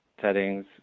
settings